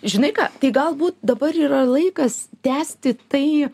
žinai ką galbūt dabar yra laikas tęsti tai